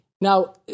Now